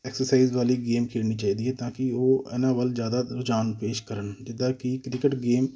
exercise ਵਾਲੀ game ਖੇਡਣੀ ਚਾਹੀਦੀ ਹੈ ਤਾਂ ਕਿ ਉਹ ਇਹਨਾਂ ਵੱਲ ਜ਼ਿਆਦਾ ਰੁਝਾਨ ਪੇਸ਼ ਕਰਨ ਜਿੱਦਾਂ ਕਿ ਕ੍ਰਿਕਟ ਗੇਮ